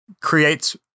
creates